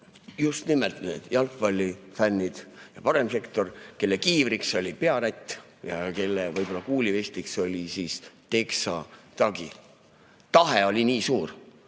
just nimelt need jalgpallifännid ja Paremsektor, kelle kiivriks oli pearätt ja kelle kuulivestiks oli teksatagi. Tahe oli nii suur.